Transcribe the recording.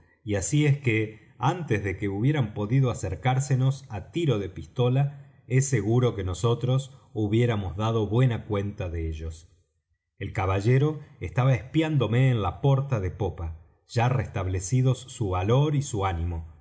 y así es que antes de que hubieran podido acercársenos á tiro de pistola es seguro que nosotros hubiéramos dado buena cuenta de ellos el caballero estaba espiándome en la porta de popa ya restablecidos su valor y su ánimo